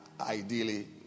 ideally